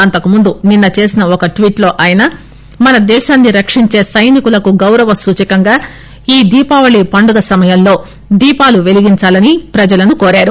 అంతకుముందు నిన్న చేసిన ఒక ట్వీట్లో ఆయన మన దేశాన్ని రక్షించే సైనికులకు గౌరవ సూచకంగా ఈ దీపావళి పండుగ సమయంలో దీపాలు పెలిగించాలని ప్రజలను కోరారు